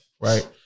right